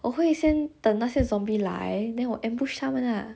我会先等那些 zombie 来 then 我 ambush 他们 lah